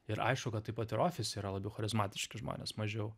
ir aišku kad taip pat ir ofise yra labiau charizmatiški žmonės mažiau